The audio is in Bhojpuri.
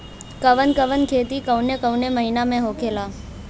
कवन कवन खेती कउने कउने मौसम में होखेला?